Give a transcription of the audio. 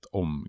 om